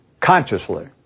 consciously